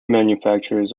manufacturers